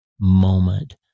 moment